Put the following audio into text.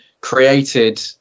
created